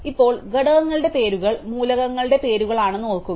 ഇപ്പോൾ ഘടകങ്ങളുടെ പേരുകൾ മൂലകങ്ങളുടെ പേരുകളാണെന്ന് ഓർക്കുക